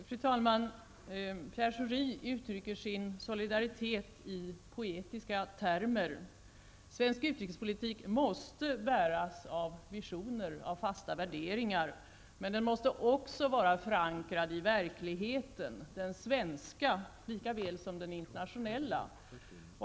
Fru talman! Pierre Schori uttrycker sin solidaritet i poetiska termer. Svensk utrikespolitik måste bäras av visioner, av fasta värderingar. Men den måste också vara förankrad i verkligheten, den svenska lika väl som den internationella.